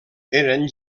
eren